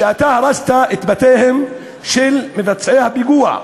שאתה הרסת את בתיהם של מבצעי הפיגוע,